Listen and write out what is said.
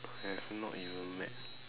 have not even met